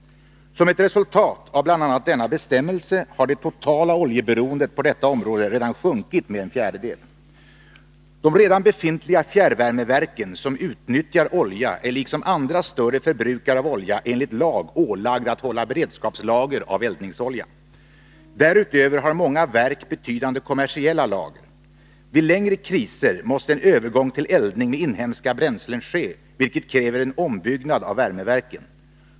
Som ett resultat av bl.a. denna bestämmelse har det totala oljeberoendet på detta område redan sjunkit med en fjärdedel. De redan befintliga fjärrvärmeverk som utnyttjar olja är, liksom andra större förbrukare av olja, enligt lag ålagda att hålla beredskapslager av eldningsolja. Därutöver har många verk betydande kommersiella lager. Vid längre kriser måste en övergång till eldning med inhemska bränslen ske, vilket kräver en ombyggnad av värmeverken.